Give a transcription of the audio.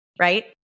right